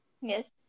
Yes